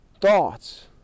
thoughts